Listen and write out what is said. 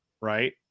right